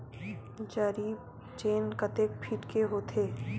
जरीब चेन कतेक फीट के होथे?